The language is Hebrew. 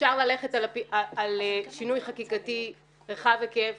אפשר ללכת על שינוי חקיקתי רחב היקף